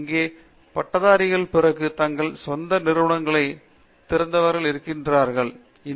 அங்கே பட்டதாரிகளுக்குப் பிறகு தங்கள் சொந்த நிறுவனங்களைத் திறக்கிறவர்கள் இருக்கிறார்களா